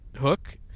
hook